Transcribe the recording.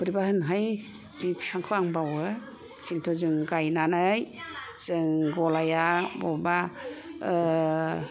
बेरैबा होनोहाय बे बिफांखौ आं बावो किन्तु जों गायनानै जों गलाया अबेबा